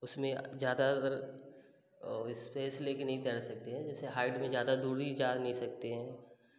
उसमें ज़्यादा अगर औ इस्पेस लेके नहीं तैर सकते हैं जैसे हाईट में ज़्यादा दूर ही जा नहीं सकते हैं